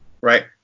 right